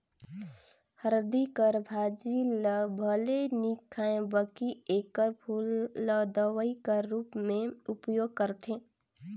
हरदी कर भाजी ल भले नी खांए बकि एकर फूल ल दवई कर रूप में उपयोग करथे